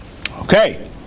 Okay